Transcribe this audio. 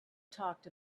talked